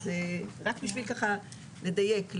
אז רק בשביל לדייק,